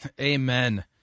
Amen